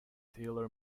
taylor